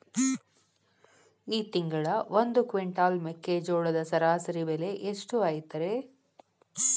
ಈ ತಿಂಗಳ ಒಂದು ಕ್ವಿಂಟಾಲ್ ಮೆಕ್ಕೆಜೋಳದ ಸರಾಸರಿ ಬೆಲೆ ಎಷ್ಟು ಐತರೇ?